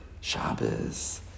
Shabbos